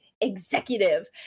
executive